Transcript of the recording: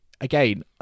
again